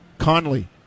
conley